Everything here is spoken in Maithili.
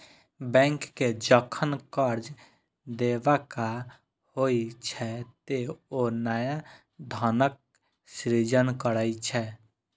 बैंक कें जखन कर्ज देबाक होइ छै, ते ओ नया धनक सृजन करै छै